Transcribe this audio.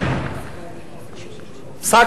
פסק